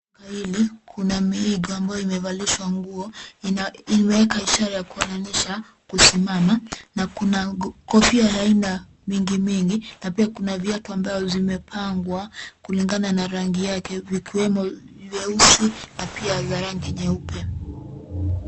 Hili kuna miigo ambayo imevalishwa nguo, imeweka ishara ya kuonanisha kusimama, na kuna kofia aina mingi mingi na pia kuna viatu ambavyo zimepangwa kulingana na rangi yake, vikiwemo vyeusi, na pia za rangi nyeupe .